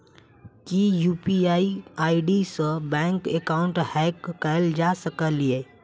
की UPI ID सऽ bank account hack कैल जा सकलिये?